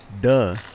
Duh